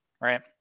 right